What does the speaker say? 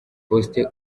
faustin